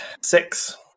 Six